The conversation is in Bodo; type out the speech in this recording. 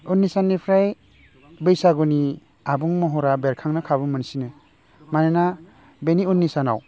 उननि साननिफ्राय बैसागुनि आबुं महरा बेरखांनो खाबु मोनसिनो मानोना बेनि उननि सानाव